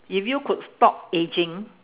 if you could stop ageing